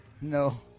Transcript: No